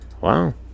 Wow